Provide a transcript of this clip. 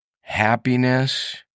happiness